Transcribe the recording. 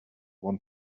want